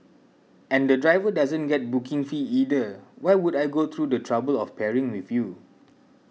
and the driver doesn't get booking fee either why would I go through the trouble of pairing with you